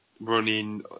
running